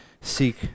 seek